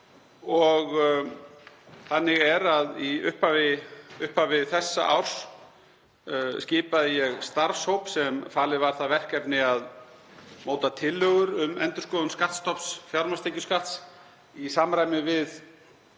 endurskoðunar. Í upphafi þessa árs skipaði ég starfshóp sem falið var það verkefni að móta tillögur um endurskoðun skattstofns fjármagnstekjuskatts í samræmi við